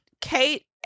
Kate